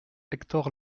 hector